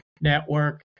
network